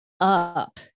up